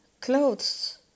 clothes